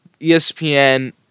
ESPN